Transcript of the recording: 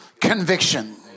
conviction